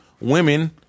women